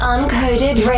Uncoded